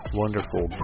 wonderful